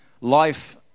life